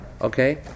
Okay